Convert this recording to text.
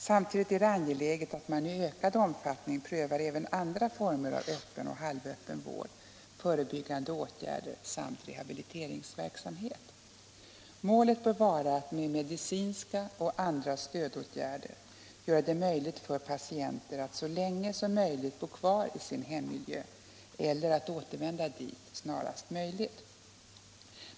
Samtidigt är det angeläget att man i ökad omfattning prövar även andra former av öppen och halvöppen vård, förebyggande åtgärder samt rehabiliteringsverksamhet. Målet bör vara att med medicinska och andra stödåtgärder göra det möjligt för patienter att så länge som möjligt bo kvar i sin hemmiljö eller att återvända dit snarast möjligt.